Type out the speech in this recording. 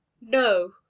No